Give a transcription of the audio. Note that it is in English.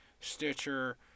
stitcher